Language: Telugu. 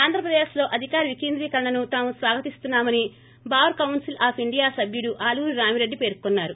ఆంధ్రప్రదేశ్లో అధికార వికేంద్రీకరణను తాము స్వాగతిస్తున్నా మని బార్ కౌన్సిల్ ఆఫ్ ఇండియా సభ్యుడు ఆలూరి రామిరెడ్డి పేర్కొన్నారు